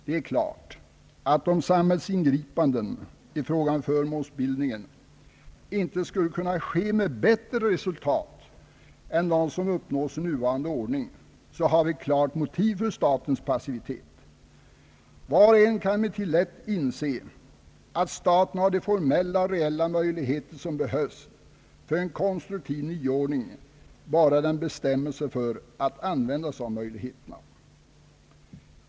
Det är klart att om samhällsingripanden i fråga om förmånsbildningen inte skulle kunna ske med bättre resultat än de resultat som uppnås med nuvarande ordning har vi klart motiv för statens passivitet. Var och en kan emellertid lätt inse att staten har de formella och reella möjligheter som behövs för en konstruktiv nyordning, bara den bestämmer sig för att använda sig av möjligheterna.